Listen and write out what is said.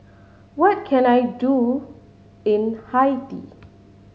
what can I do in Haiti